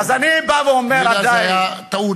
זו היתה טעות,